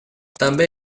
també